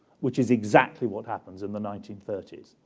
which is exactly what happens in the nineteen thirty s.